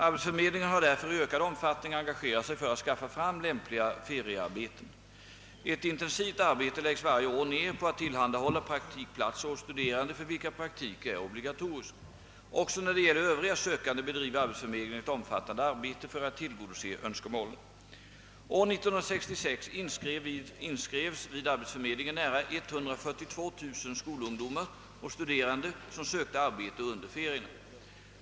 Arbetsförmedlingen har därför i ökad omfattning engagerat sig för att skaffa fram lämpliga feriearbeten. Ett intensivt arbete läggs varje år ner på att tillhandahålla praktikplatser åt studerande för vilka praktik är obligatorisk. Också när det gäller övriga sökande bedriver arbetsförmedlingen ett omfattande arbete för att tillgodose önskemålen. År 1966 inskrevs vid arbetsförmedlingen nära 142 000 skolungdomar och studerande som sökte arbete under ferierna.